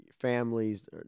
families